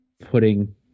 putting